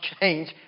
change